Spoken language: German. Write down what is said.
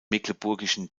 mecklenburgischen